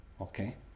Okay